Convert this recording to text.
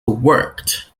worked